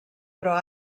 però